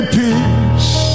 peace